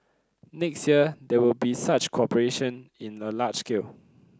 next year there will be such cooperation in a large scale